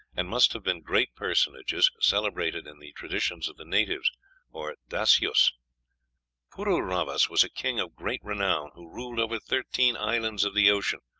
and must have been great personages celebrated in the traditions of the natives or dasyus. pururavas was a king of great renown, who ruled over thirteen islands of the ocean,